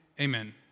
Amen